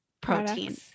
protein